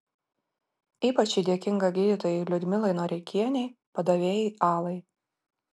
ypač ji dėkinga gydytojai liudmilai noreikienei padavėjai alai